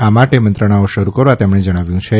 આ માટે મંત્રણાઓ શરૂ કરવા તેમણે જણાવ્યું હતું